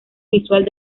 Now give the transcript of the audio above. visual